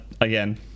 again